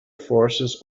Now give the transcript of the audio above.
forces